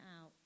out